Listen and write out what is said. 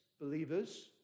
believers